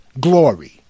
glory